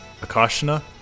Akashna